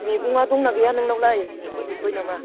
मैगङा दंना गैया नोंनावलाय जोब्बाय नामा